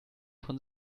von